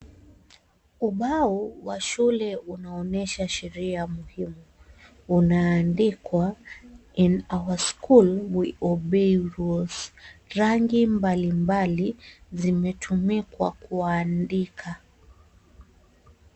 Ubao wa shule unaonyesha sheria muhimu. Unaandikwa, In our school we obey rules rangi mbalimbali zimetumika kwa kuandika.